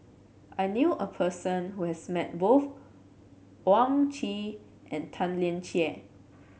I knew a person who has met both Owyang Chi and Tan Lian Chye